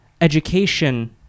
education